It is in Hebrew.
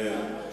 אדוני היושב-ראש,